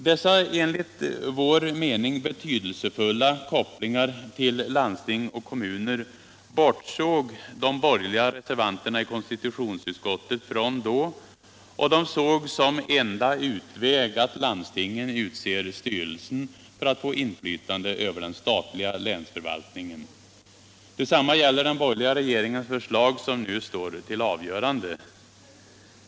Dessa enligt vår mening betydelsefulla kopplingar till landsting och kommuner bortsåg de borgerliga ledamöterna i konstitutionsutskottet från då, och de såg som enda utväg att landstingen utser styrelsen för ait få inflytande över den statliga länsförvaltningen. Detsamma gäller den borgerliga regeringens förslag som nu står till avgörande.